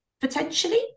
potentially